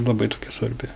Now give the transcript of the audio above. labai tokia svarbi